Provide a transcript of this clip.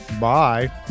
Bye